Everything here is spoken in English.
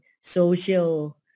social